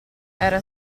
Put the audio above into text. era